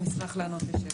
ונשמח לענות לשאלות.